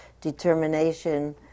determination